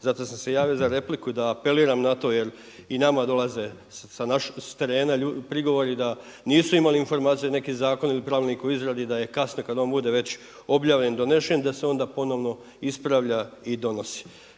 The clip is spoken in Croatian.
zato sam se i ja za repliku da apeliram na to jer i nama dolaze sa terena prigovori da nisu imali informaciju neki zakoni ili pravilnik o izradi da je kasno kad on bude već objavljen donesen da se onda ponovno ispravlja i donosi.